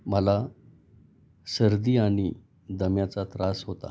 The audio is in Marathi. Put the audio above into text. मला सर्दी आणि दम्याचा त्रास होता